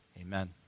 Amen